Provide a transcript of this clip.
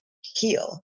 heal